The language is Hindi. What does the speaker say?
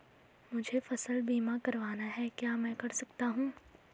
मुझे फसल बीमा करवाना है क्या मैं कर सकता हूँ?